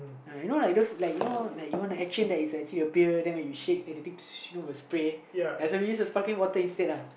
ya you know like those you know when you shake the beer then the thing ya we use the Sparkling water instead lah